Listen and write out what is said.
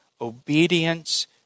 obedience